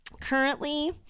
Currently